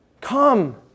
Come